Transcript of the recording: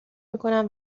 میکنم